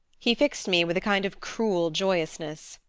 he fixed me with a kind of cruel joyousness.